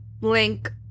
Link